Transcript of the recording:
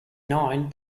nine